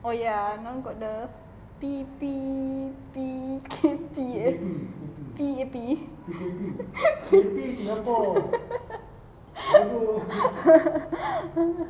oh ya now got the P P P_K_P eh P_A_P